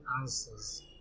answers